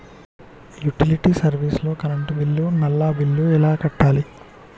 Utility service లో current bill, నల్లా bill ఎలా కట్టాలి?